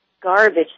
garbage